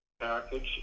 package